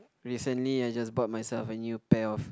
recently I just bought myself a new pair of